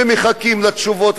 ומחכים לתשובות,